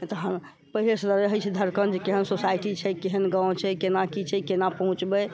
तऽ पहिले सॅं तऽ रहै छै धड़कन केहन सोसाइटी छै केहन गाँव छै केना की छै केना पहुँचबै